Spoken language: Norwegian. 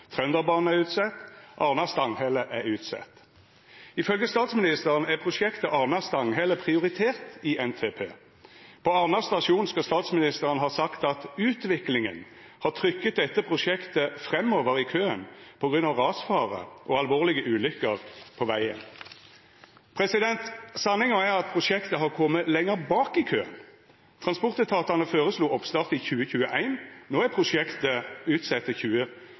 Trønderbanen er utsett, Arna–Stanghelle er utsett. Ifølgje statsministeren er prosjektet Arna–Stanghelle prioritert i NTP. På Arna stasjon skal statsministeren ha sagt at «utviklingen har trykket dette prosjektet fremover i køen på grunn av rasfare og alvorlige ulykker på veien». Sanninga er at prosjektet har kome lenger bak i køen. Transportetatane føreslo oppstart i 2021. No er prosjektet utsett til